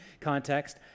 context